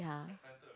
ya